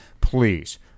Please